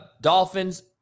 Dolphins